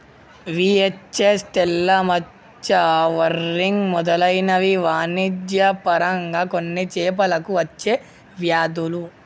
VHS, తెల్ల మచ్చ, whirling మెదలైనవి వాణిజ్య పరంగా కొన్ని చేపలకు అచ్చే వ్యాధులు